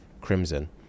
crimson